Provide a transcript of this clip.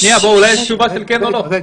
שמעתי